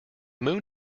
moon